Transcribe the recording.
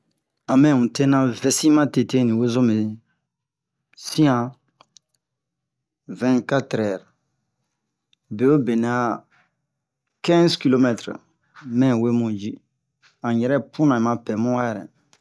amɛ huntena vɛsi matete li wozomɛ sian vɛnkatrɛr be'o be nɛ kinze kilomɛtre mɛ womu ji an yɛrɛ pumɛ ma pɛmu wa yɛrɛ